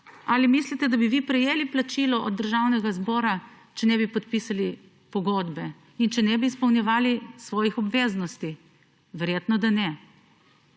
Ali mislite, da bi vi prejeli plačilo od Državnega zbora, če ne bi podpisali pogodbe in če ne bi izpolnjevali svojih obveznosti? Verjetno ne.